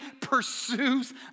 pursues